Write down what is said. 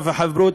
הרווחה ובריאות,